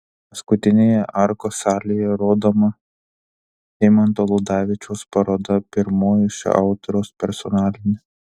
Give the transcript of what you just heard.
paskutinėje arkos salėje rodoma eimanto ludavičiaus paroda pirmoji šio autoriaus personalinė